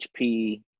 HP